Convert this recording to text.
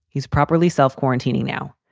he's properly self quarantining now,